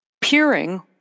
Peering